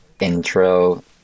intro